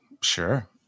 sure